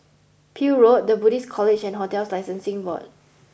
Peel Road The Buddhist College and Hotels Licensing Board